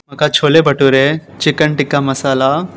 म्हाका चोले बटुरे चिकन तिक्का मसाला